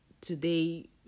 Today